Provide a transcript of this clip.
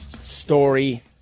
story